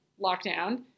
lockdown